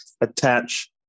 attach